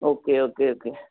okay okay okay